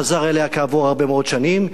חזר אליה כעבור הרבה מאוד שנים,